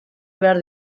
behar